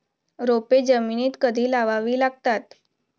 रोपे जमिनीत कधी लावावी लागतात?